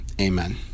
Amen